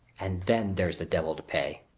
and then there's the devil to pay.